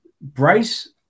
Bryce